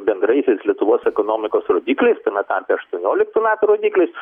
bendraisiais lietuvos ekonomikos rodikliais tame tarpe aštuonioliktų metų rodikliais